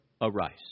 arise